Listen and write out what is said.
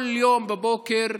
כל יום בבוקר,